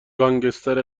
گنگستر